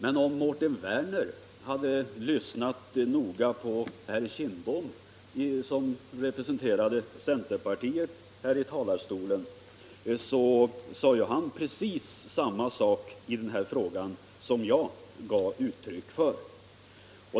Men om Mårten Werner hade lyssnat noga på herr Kindbom, hade han hört att denne sade precis detsamma i den här frågan som det jag gav uttryck för.